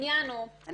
אני